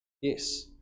Yes